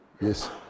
Yes